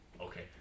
okay